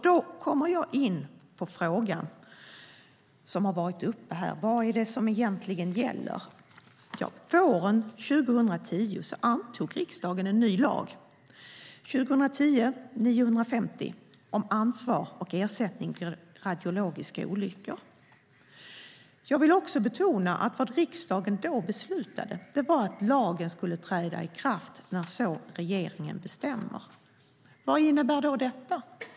Nu kommer jag in på den fråga som har varit uppe här. Vad är det som egentligen gäller? Våren 2010 antog riksdagen en ny lag, 2010:950 om ansvar och ersättning vid radiologiska olyckor. Jag vill också betona att det riksdagen då beslutade var att lagen skulle träda i kraft när regeringen så bestämmer. Vad innebär detta?